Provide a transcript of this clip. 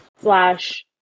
slash